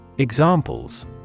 Examples